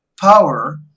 power